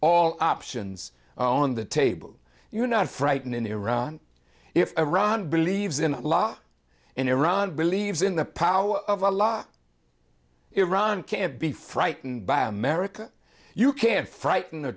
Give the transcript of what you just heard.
all options are on the table you're not frightened in iran if iran believes in law and iran believes in the power of the law iran can't be frightened by america you can't frighten a